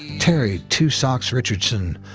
terry two socks richardson,